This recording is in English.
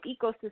ecosystem